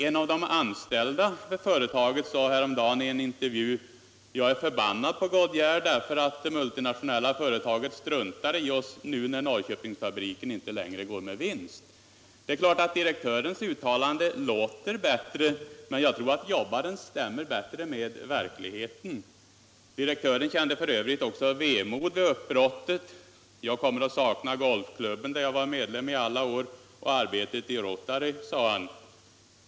En av de anställda vid företaget sade häromdagen i en intervju: ”Jag är förbannad på Goodyear därför att det multinationella företaget struntar i oss nu när Norrköpingsfabriken inte längre går med vinst.” Det är klart att direktörens uttalande låter bättre, men jag tror att jobbarens stämmer bättre med verkligheten. Direktören kände f. ö. också vemod vid uppbrottet: ”Jag kommer att sakna golfklubben, där jag varit medlem i alla år, och arbetet i Rotary”, sade han.